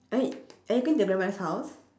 are you are you going to your grandmother's house